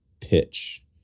pitch